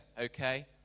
okay